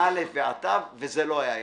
מאל"ף, ועד ת"ו וזה לא היה יח"צ,